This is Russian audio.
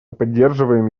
поддерживаем